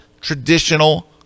traditional